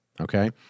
okay